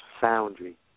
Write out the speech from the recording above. foundry